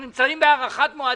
אנחנו נמצאים בהארכת מועדים,